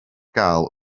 gael